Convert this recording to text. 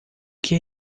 que